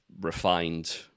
refined